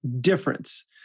difference